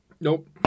Nope